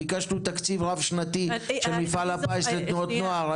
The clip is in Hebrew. ביקשנו תקציב רב שנתי של מפעל הפיס לתנועות נוער,